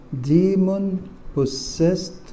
Demon-possessed